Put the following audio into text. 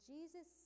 Jesus